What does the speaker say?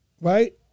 right